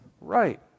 right